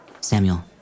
Samuel